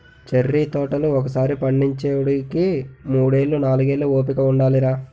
cherry తోటలు ఒకసారి పండించేవోడికి మూడేళ్ళు, నాలుగేళ్ళు ఓపిక ఉండాలిరా